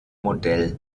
modell